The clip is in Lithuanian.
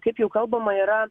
kaip jau kalbama yra